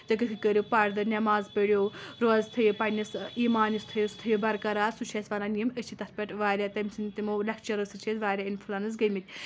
تُہۍ گٔژھِو کٔرِو پردٕ نؠماز پٔرِو روزٕ تھٲیِو پَنٕنِس ایمانس تھٲیِو سُہ تھٲیِو برقرار سُہ چھِ اَسہِ وَنان یِم أسۍ چھِ تَتھ پؠٹھ واریاہ تٔمۍ سٕنٛدۍ تِمو لیکچرو سۭتۍ چھِ أسۍ واریاہ اِنفلنس گٔمٕتۍ